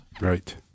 Right